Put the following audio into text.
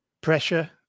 pressure